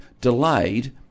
delayed